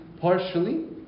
partially